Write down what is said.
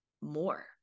more